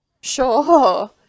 Sure